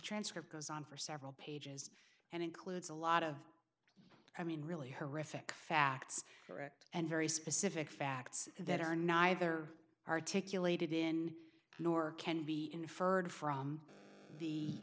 transcript goes on for several pages and includes a lot of i mean really horrific facts correct and very specific facts that are neither articulated in nor can be in